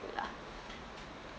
good lah